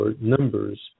numbers